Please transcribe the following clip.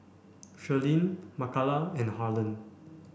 Shirlene Makala and Harlen